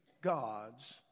God's